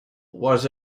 was